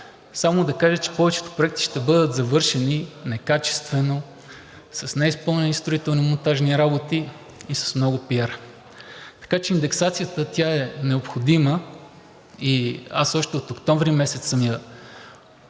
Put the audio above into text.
Само да кажа, че повечето проекти ще бъдат завършени некачествено, с неизпълнени строително-монтажни работи и с много пиар. Така че индексацията е необходима и още от месец